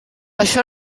això